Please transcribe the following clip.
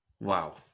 Wow